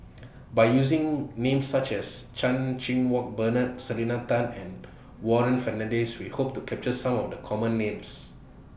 By using Names such as Chan Cheng Wah Bernard Selena Tan and Warren Fernandez We Hope to capture Some of The Common Names